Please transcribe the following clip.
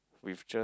with just